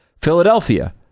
Philadelphia